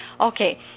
okay